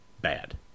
bad